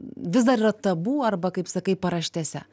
vis dar yra tabu arba kaip sakai paraštėse